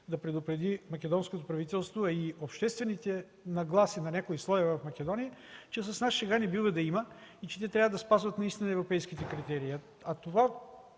да предупреди македонското правителство, а и обществените нагласи на някои слоеве в Македония, че с нас шега не бива да има и че те трябва да спазват наистина европейските критерии. По